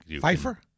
Pfeiffer